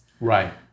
Right